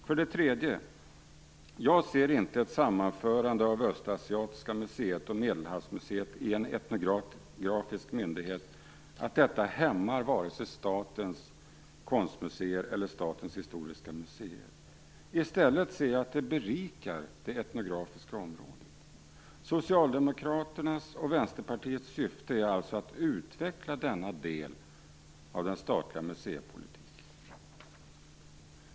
För det tredje: Jag ser inte att ett sammanförande av Östasiatiska museet och Medelhavsmuseet i en etnografisk myndighet som hämmande för vare sig I stället ser jag att det berikar det etnografiska området. Socialdemokraternas och Vänsterpartiets syfte är alltså att utveckla denna del av den statliga museipolitiken.